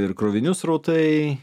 ir krovinių srautai